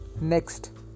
next